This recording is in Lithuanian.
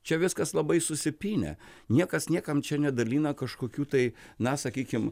čia viskas labai susipynę niekas niekam čia nedalina kažkokių tai na sakykim